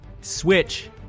Switch